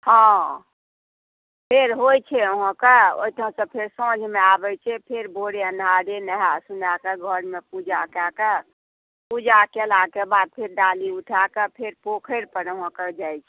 हॅं फेर होइ छै अहाँके सभटा फेर साँझमे आबै छै फेर भोरे नहाय गेल नहाकऽ घरमे पुजा कयकऽ पुजा केलाके बाद फेर डाली उठाकऽ फेर पोखरि पर अहाँ जाइ छी